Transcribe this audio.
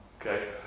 Okay